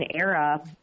era